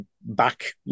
back